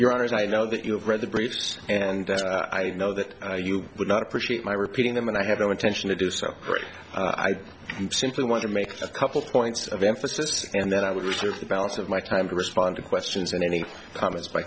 your honors i know that you have read the briefs and i know that you would not appreciate my repeating them and i have no intention to do so i've simply want to make a couple points of emphasis and then i would receive the balance of my time to respond to questions and any comments by